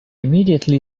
immediately